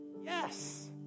yes